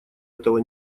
этого